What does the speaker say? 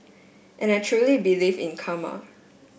and I truly believe in karma